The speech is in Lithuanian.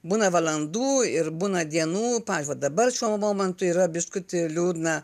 būna valandų ir būna dienų pavyzdžiui va dabar šiuo momentu yra biškutį liūdna